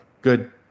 Good